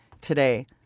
today